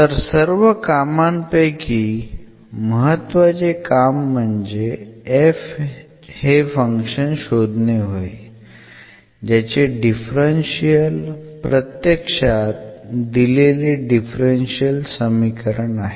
तर सर्व कामांपैकी महतवाचे काम म्हणजे f हे फंक्शन शोधणे होय ज्याचे डिफरन्शियल प्रत्यक्षात दिलेले डिफरन्शियल समीकरण आहे